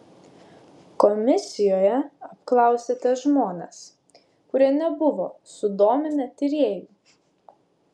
komisijoje apklausėte žmones kurie nebuvo sudominę tyrėjų